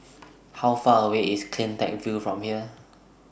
How Far away IS CleanTech View from here